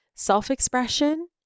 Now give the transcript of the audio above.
self-expression